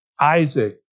isaac